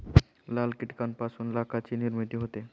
लाख कीटकांपासून लाखाची निर्मिती होते